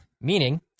meaning